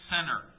Center